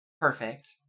Perfect